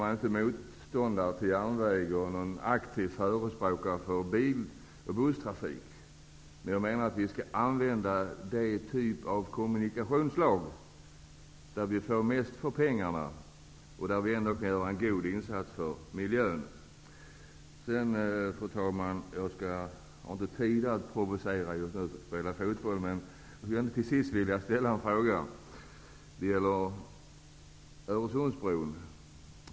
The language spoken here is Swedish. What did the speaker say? Jag är inte motståndare till järnväg och inte någon aktiv förespråkare för bil och busstrafik, men vi skall använda de kommunikationsslag där vi får mest för pengarna och där vi ändå kan göra en god insats för miljön. Jag har inte tid att provocera just nu eftersom jag skall spela fotboll. Låt mig ändå till sist ställa en fråga. Det gäller Öresundsbron.